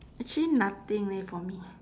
actually nothing leh for me